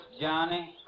Johnny